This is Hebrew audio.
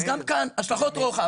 אז גם כאן, השלכות רוחב.